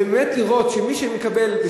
ובאמת לראות שמי שמקבל את זה,